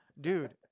Dude